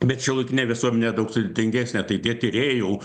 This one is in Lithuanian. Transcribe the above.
bet šiuolaikinė visuomenė daug sudėtingesnė tai tie tyrėjai jau